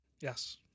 Yes